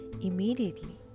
immediately